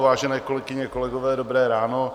Vážené kolegyně, kolegové, dobré ráno.